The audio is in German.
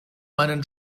meinen